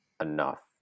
enough